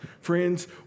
Friends